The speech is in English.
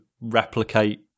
replicate